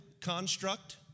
construct